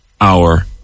hour